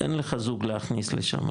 אין לך זוג להכניס לשם,